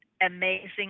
amazing